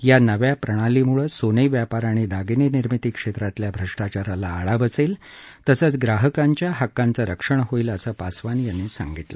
या नव्या प्रणालीमुळे सोने व्यापार आणि दागिने निर्मिती क्षेत्रातल्या भ्रष्टाचाराला आळा बसेल तसंच ग्राहकांच्या हक्कांचं रक्षण होईल असं पासवान यावेळी म्हणाले